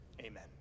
Amen